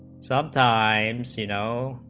sometimes you know